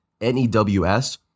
N-E-W-S